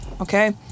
Okay